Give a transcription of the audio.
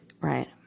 right